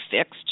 fixed